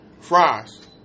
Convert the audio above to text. fries